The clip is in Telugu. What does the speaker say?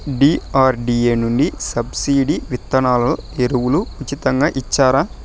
డి.ఆర్.డి.ఎ నుండి సబ్సిడి విత్తనాలు ఎరువులు ఉచితంగా ఇచ్చారా?